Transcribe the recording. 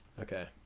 Okay